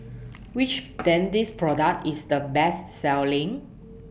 Which Dentiste Product IS The Best Selling